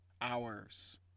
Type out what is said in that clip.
hours